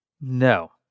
No